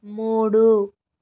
మూడు